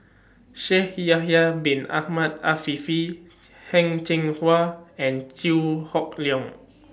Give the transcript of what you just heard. Shaikh Yahya Bin Ahmed Afifi Heng Cheng Hwa and Chew Hock Leong